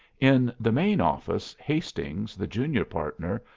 in the main office hastings, the junior partner,